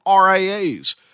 RIAs